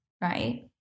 Right